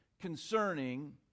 concerning